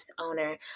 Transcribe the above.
owner